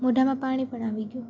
મોઢામાં પાણી પણ આવી ગયું